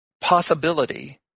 possibility